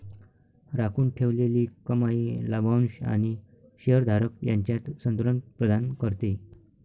राखून ठेवलेली कमाई लाभांश आणि शेअर धारक यांच्यात संतुलन प्रदान करते